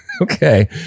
Okay